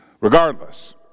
Regardless